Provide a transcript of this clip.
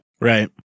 Right